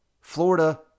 Florida